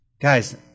Guys